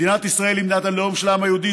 מדינת ישראל היא מדינת הלאום של העם היהודי,